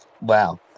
Wow